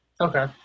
Okay